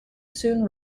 soon